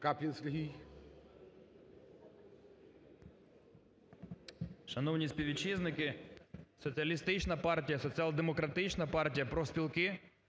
Шановні співвітчизники, Соціалістична партія, Соціал-демократична партія, профспілки